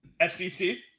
FCC